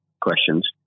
questions